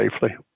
safely